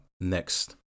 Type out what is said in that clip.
next